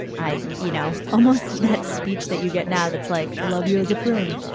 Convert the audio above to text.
i you know, almost that speech that you get now, that's like a love you as a friend.